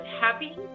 happy